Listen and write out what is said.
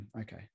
okay